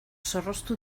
zorroztu